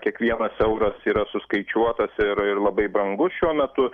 kiekvienas euras yra suskaičiuotas ir ir labai brangus šiuo metu